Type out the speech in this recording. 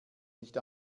nicht